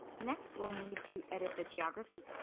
next we'll need to edit the geography.